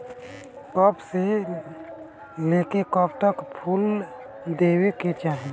कब से लेके कब तक फुल देवे के चाही?